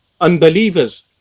unbelievers